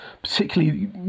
particularly